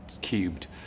cubed